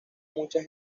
muchas